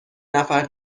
نفر